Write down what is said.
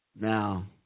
Now